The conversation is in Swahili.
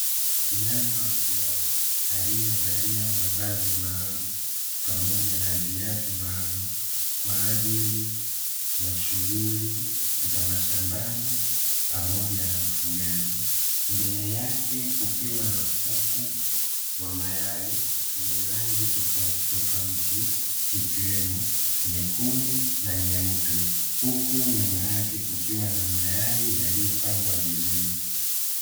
Kijana wa kiume aliyevalia mavazi maalumu pamoja na viatu maalumu kwa ajili ya shughuli za mashambani pamoja na ufugaji. Mbele yake kukiwa na kuku wa mayai wenye rangi tofautitofauti ikiwemo, nyekundu na nyeupe; huku nyuma yake kukiwa na mayai yaliyopangwa vizuri.